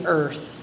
earth